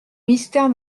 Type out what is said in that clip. mystère